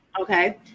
okay